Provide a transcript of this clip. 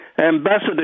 Ambassador